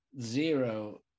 zero